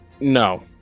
No